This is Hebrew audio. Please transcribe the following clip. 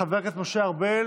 חבר הכנסת משה ארבל,